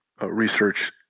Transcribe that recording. research